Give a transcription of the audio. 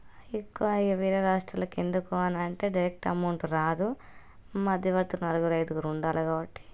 ఎక్కువ ఇక వేరే రాష్ట్రాలకి ఎందుకు అనంటే డైరెక్ట్ అమౌంట్ రాదు మధ్యవర్తులు నలుగురు ఐదుగురు ఉండాలి కాబట్టి